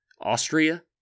Austria